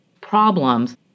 problems